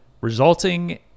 resulting